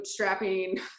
bootstrapping